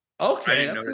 okay